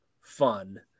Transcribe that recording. fun